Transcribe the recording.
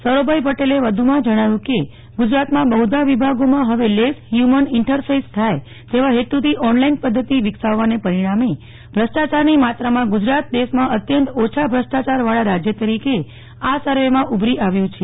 સૌરભભાઈ પટેલે વધુમાં જણાવ્યું કે ગુજરાતમાં બહુધા વિભાગોમાં હવે લેસ હ્યુમન ઈન્ટરફેઈસ થાય તેવા હેતુથી ઓનલાઈન પધ્ધતિ વિકસાવવાને પરિણામે ભ્રષ્ટાચારની માત્રામાં ગુજરાત દેશમાં અત્યંત ઓછા ભ્રષ્ટાચારવાળા રાજય તરીકે આ સર્વેમાં ઉભરી આવ્યું છે